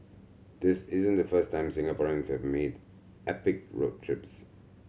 this isn't the first time Singaporeans have made epic road trips